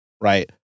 Right